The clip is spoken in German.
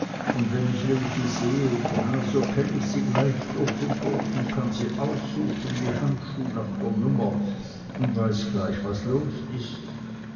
und wenn ich welche sehe na so kenn ich sie gleich durch un durch un kann sie aussuchen wie handschuh nach der nummer un weiß gleich was los is